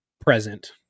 present